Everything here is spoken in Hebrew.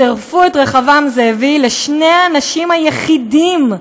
צירפו את רחבעם זאבי לשני האנשים היחידים,